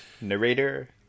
narrator